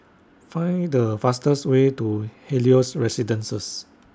Find The fastest Way to Helios Residences